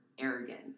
arrogant